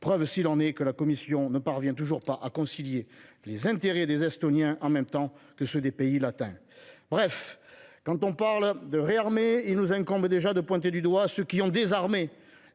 Preuve, s’il en est, que la Commission ne parvient toujours pas à concilier les intérêts des Estoniens en même temps que ceux des pays latins ! Bref, quand on parle de réarmer, il nous incombe déjà de pointer du doigt ceux qui ont désarmé.